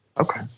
okay